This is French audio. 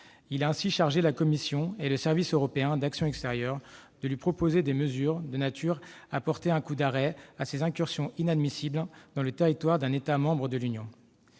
il a ainsi chargé la Commission et le Service européen d'action extérieure de lui proposer des mesures de nature à porter un coup d'arrêt à ces incursions inadmissibles dans le territoire d'un État membre de l'Union.